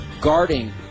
guarding